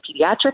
Pediatrics